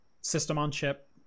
system-on-chip